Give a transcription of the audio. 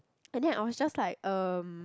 and then I was just like um